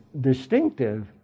distinctive